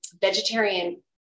vegetarian